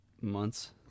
months